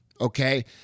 okay